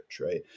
right